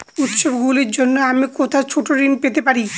উত্সবগুলির জন্য আমি কোথায় ছোট ঋণ পেতে পারি?